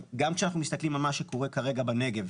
גם כשאנחנו מסתכלים על מה שקורה כרגע בנגב,